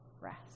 rest